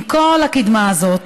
עם כל הקדמה הזאת